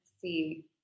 see